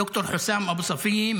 ד"ר חוסאם אבו ספיה,